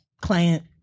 Client